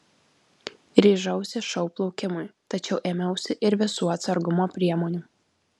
ryžausi šou plaukimui tačiau ėmiausi ir visų atsargumo priemonių